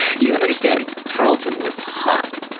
you gotta understand, carlton was hot.